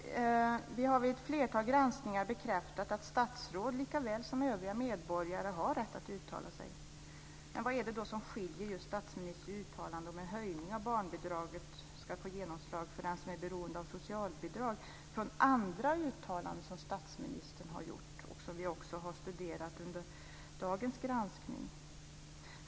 Vi har vid ett flertal granskningar bekräftat att statsråd likaväl som övriga medborgare har rätt att uttala sig. Men vad är det då som skiljer just statsministerns uttalande om hur en höjning av barnbidraget ska få genomslag för den som är beroende av socialbidrag från andra uttalanden som statsministern har gjort och som vi också har studerat under dagens granskning?